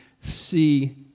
see